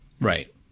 right